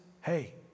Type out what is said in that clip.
Hey